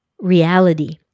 reality